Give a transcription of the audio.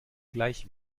gleich